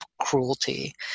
cruelty